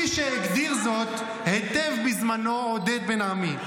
-- כפי שהגדיר זאת היטב בזמנו עודד בן עמי.